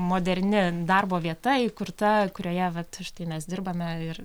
moderni darbo vieta įkurta kurioje vat štai mes dirbame ir